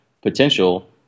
potential